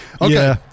Okay